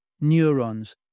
Neurons